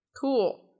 Cool